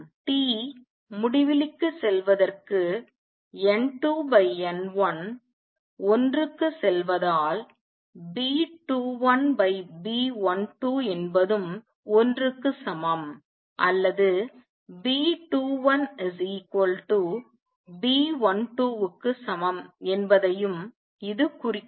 T முடிவிலிக்குச் செல்வதற்கு N2N1 1 க்குச் செல்வதால் B21 B12 என்பதும் 1 க்கு சமம் அல்லது B21 B12 க்கு சமம் என்பதையும் இது குறிக்கிறது